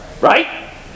Right